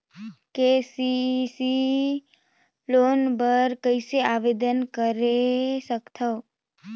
KCC loan बर कइसे आवेदन कर सकथव?